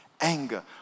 anger